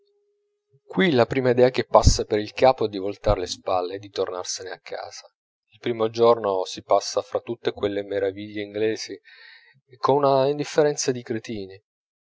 qui la prima idea che passa per il capo è di voltar le spalle e di tornarsene a casa il primo giorno si passa fra tutte quelle meraviglie inglesi con una indifferenza di cretini